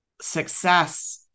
success